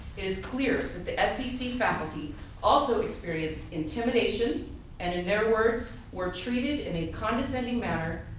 it is clear that the scc faculty also experienced intimidation and in their words were treated in a condescending manner,